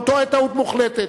הוא טועה טעות מוחלטת.